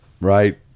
right